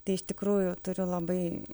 tai iš tikrųjų turiu labai